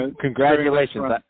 Congratulations